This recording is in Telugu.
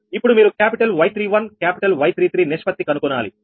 ఇప్పుడు మీరు క్యాపిటల్ Y31క్యాపిటల్ Y33 నిష్పత్తి కనుగొనాలి